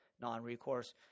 non-recourse